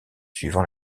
suivant